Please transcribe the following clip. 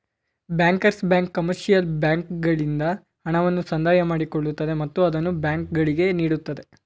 bankers bank commercial ಬ್ಯಾಂಕ್ಗಳಿಂದ ಹಣವನ್ನು ಸಂದಾಯ ಮಾಡಿಕೊಳ್ಳುತ್ತದೆ ಮತ್ತು ಅದನ್ನು ಬ್ಯಾಂಕುಗಳಿಗೆ ನೀಡುತ್ತದೆ